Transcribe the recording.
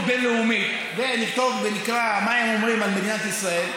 בין-לאומית ונקרא מה הם אומרים על מדינת ישראל,